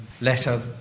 letter